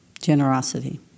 generosity